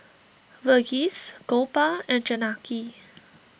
Verghese Gopal and Janaki